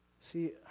See